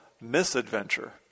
misadventure